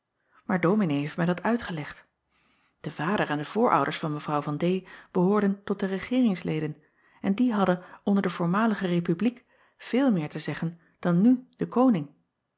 ominee heeft mij dat uitgelegd e vader en de voorouders van w v behoorden tot de egeeringsleden en die hadden onder de voormalige epubliek veel meer te zeggen dan nu de oning